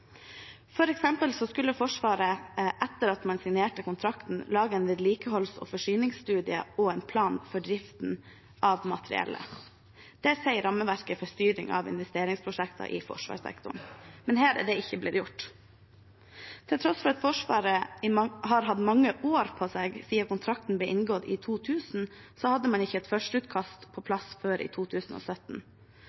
skulle Forsvaret, etter at man signerte kontrakten, lage en vedlikeholds- og forsyningsstudie og en plan for driften av materiellet. Det sier rammeverket for styring av investeringsprosjekter i forsvarssektoren. Men her er det ikke blitt gjort. Til tross for at Forsvaret har hatt mange år på seg siden kontrakten ble inngått i 2000, hadde man ikke et førsteutkast på